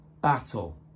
battle